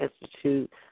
Institute